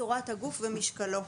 צורת הגוף ומשקלו.